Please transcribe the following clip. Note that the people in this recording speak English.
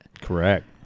Correct